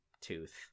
tooth